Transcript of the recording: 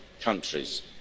countries